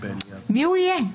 מי הוא יהיה?